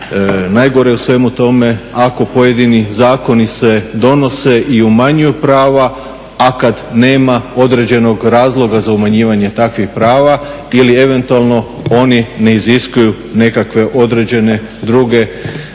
Najgore u svemu tome, ako pojedini zakoni se donose i umanjuju prava a kada nema određenog razloga za umanjivanje takvih prava ili eventualno oni ne iziskuje nekakve određene druge